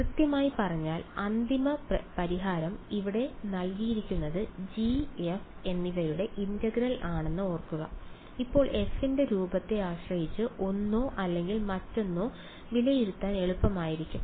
കൃത്യമായി പറഞ്ഞാൽ അന്തിമ പരിഹാരം ഇവിടെ നൽകിയിരിക്കുന്നത് G F എന്നിവയുടെ ഇന്റഗ്രൽ ആണെന്ന് ഓർക്കുക ഇപ്പോൾ F ന്റെ രൂപത്തെ ആശ്രയിച്ച് ഒന്നോ അല്ലെങ്കിൽ മറ്റൊന്നോ വിലയിരുത്താൻ എളുപ്പമായിരിക്കും